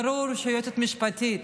וברור שהיועצת המשפטית